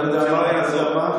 זה לא יעזור.